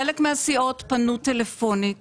חלק מהסיעות פנו טלפונית